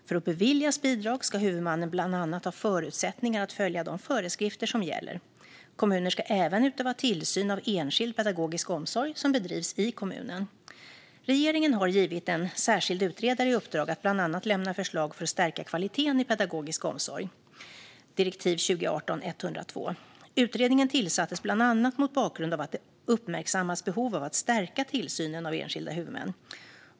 För att beviljas bidrag ska huvudmannen bland annat ha förutsättningar att följa de föreskrifter som gäller. Kommuner ska även utöva tillsyn av enskild pedagogisk omsorg som bedrivs i kommunen. Regeringen har givit en särskild utredare i uppdrag att bland annat lämna förslag för att stärka kvaliteten i pedagogisk omsorg . Utredningen tillsattes bland annat mot bakgrund av att det uppmärksammats behov av att stärka tillsynen av enskilda huvudmän.